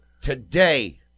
today